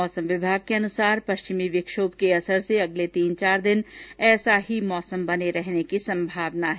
मौसम विभाग के अनुसार पश्चिमी विक्षोभ के असर से अगले तीन चार दिन ऐसा ही मौसम बने रहने की संभावना है